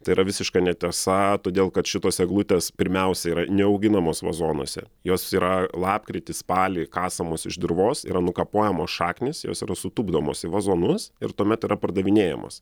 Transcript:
tai yra visiška netiesa todėl kad šitos eglutės pirmiausia yra neauginamos vazonuose jos yra lapkritį spalį kasamos iš dirvos yra nukapojamos šaknys jos yra sutupdomos į vazonus ir tuomet yra pardavinėjamos